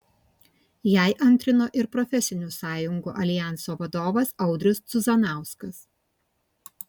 jai antrino ir profesinių sąjungų aljanso vadovas audrius cuzanauskas